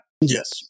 Yes